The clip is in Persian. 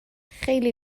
خیلی